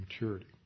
maturity